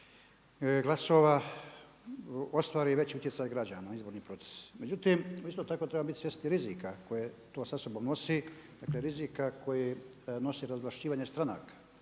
glasova ostvari veći utjecaj građana, izborni proces. Međutim, isto tako trebamo biti svjesni rizika koji to sa sobom nosi, dakle rizika koji nosi razvlašćivanje stranaka.